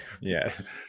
Yes